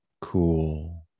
cool